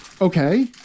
Okay